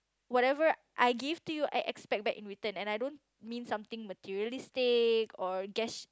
whatever I give to you I expect back in return and I don't mean something materialistic or gues~